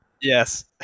Yes